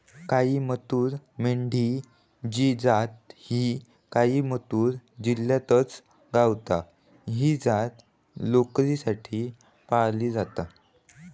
कोईमतूर मेंढी ची जात ही कोईमतूर जिल्ह्यातच गावता, ही जात लोकरीसाठी पाळली जाता